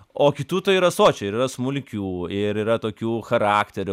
o kitų tai yra sočiai ir yra smulkių ir yra tokių charakterio